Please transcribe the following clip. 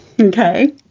Okay